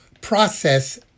process